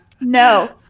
No